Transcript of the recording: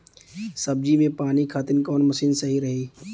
सब्जी में पानी खातिन कवन मशीन सही रही?